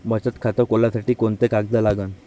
बचत खात खोलासाठी कोंते कागद लागन?